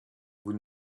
vous